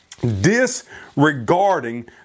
disregarding